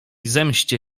zemście